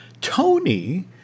Tony